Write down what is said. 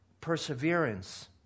perseverance